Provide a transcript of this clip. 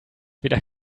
wieder